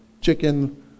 chicken